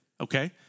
Okay